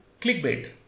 Clickbait